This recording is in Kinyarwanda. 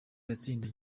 yatsindanye